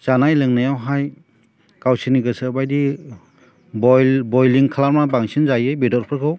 जानाय लोंनायावहाय गावसोरनि गोसोबायदि बयल बयलिं खालामना बांसिन जायो बेदरफोरखौ